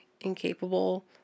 incapable